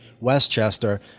Westchester